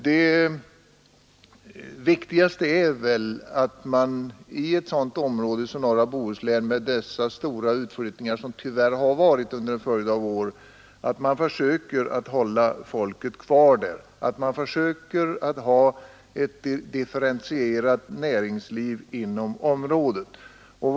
Det viktigaste är väl att man i ett sådant område som norra Bohuslän, med dessa stora utflyttningar som tyvärr ägt rum under en följd av år, försöker hålla folket kvar, försöker ha ett differentierat näringsliv inom området.